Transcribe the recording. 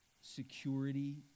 security